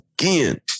again